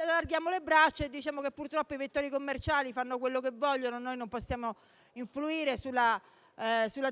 allarghiamo le braccia e diciamo che purtroppo i vettori commerciali fanno quello che vogliono e non possiamo influire sulla